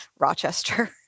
Rochester